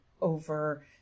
over